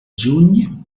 juny